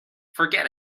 forget